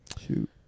Shoot